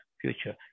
future